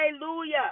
Hallelujah